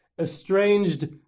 estranged